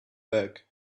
back